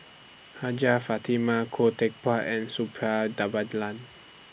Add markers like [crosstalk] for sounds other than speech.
Hajjah Fatimah Khoo Teck Puat and Suppiah [unintelligible]